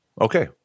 okay